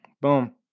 Boom